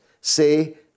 say